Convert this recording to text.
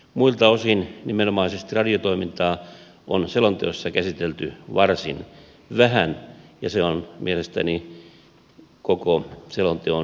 muilta osin nimenomaisesti radiotoimintaa on selonteossa käsitelty varsin vähän ja se on mielestäni koko selonteon suuri puute